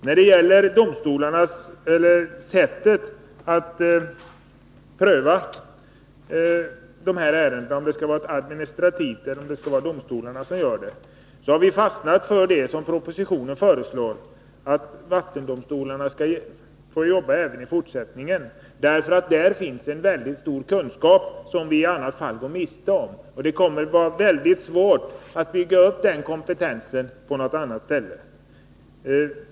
När det gäller hur de här ärendena skall prövas — om det skall ske genom ett administrativt förfarande eller om domstolarna skall göra det — har vi fastnat för det som föreslås i propositionen, nämligen att vattendomstolarna skall handlägga dessa ärenden även i fortsättningen; där finns en mycket stor kunskap, som vi i annat fall går miste om. Det kommer att vara mycket svårt att bygga upp den kompetensen på något annat ställe.